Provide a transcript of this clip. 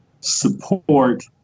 support